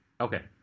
Okay